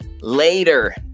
later